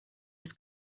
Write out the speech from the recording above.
was